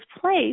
place